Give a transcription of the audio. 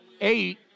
eight